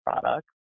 products